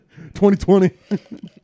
2020